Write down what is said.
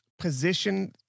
position